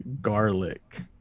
garlic